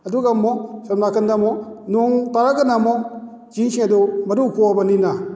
ꯑꯗꯨꯒ ꯑꯃꯨꯛ ꯑꯁꯣꯝ ꯅꯥꯀꯟꯗ ꯑꯃꯨꯛ ꯅꯣꯡ ꯇꯥꯔꯒꯅ ꯑꯃꯨꯛ ꯆꯤꯡꯁꯤꯡ ꯑꯗꯨ ꯃꯔꯨ ꯀꯣꯛꯑꯕꯅꯤꯅ